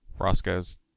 Roscoe's